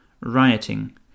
rioting